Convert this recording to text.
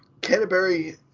Canterbury